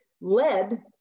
Lead